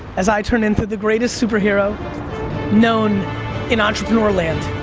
as i turn into the greatest superhero known in entrepreneur land.